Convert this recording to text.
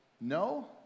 No